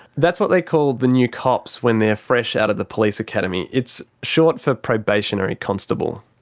that's what they call the new cops when they're fresh out of the police academy, it's short for probationary constable.